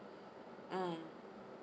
mm